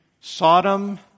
Sodom